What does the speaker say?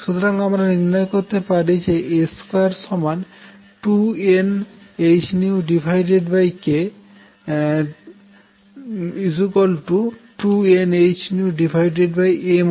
সুতরাং আমরা নির্ণয় করতে পারি যে A2 2nhK 2nhm2